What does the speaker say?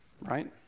right